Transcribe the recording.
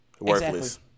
Worthless